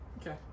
Okay